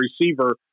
receiver